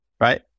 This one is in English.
right